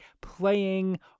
playing